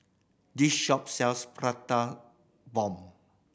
this shop sells Prata Bomb